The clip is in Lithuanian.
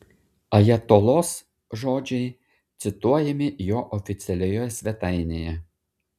ajatolos žodžiai cituojami jo oficialioje svetainėje